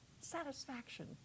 satisfaction